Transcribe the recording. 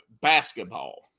basketball